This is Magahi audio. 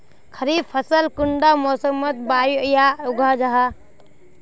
खरीफ फसल कुंडा मोसमोत बोई या उगाहा जाहा?